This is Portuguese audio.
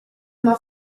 uma